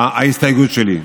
ההסתייגות שלי.